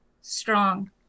strong